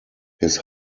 his